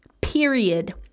period